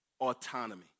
autonomy